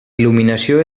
il·luminació